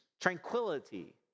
tranquility